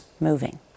moving